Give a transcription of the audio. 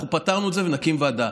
אנחנו פתרנו את זה ונקים ועדה,